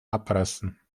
abreißen